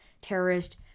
terrorist